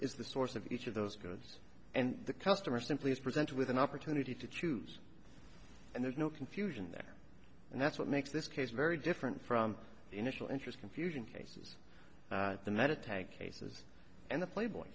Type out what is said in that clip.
is the source of each of those goods and the customer simply is presented with an opportunity to choose and there's no confusion there and that's what makes this case very different from the initial interest confusion cases the metatags cases and the playboy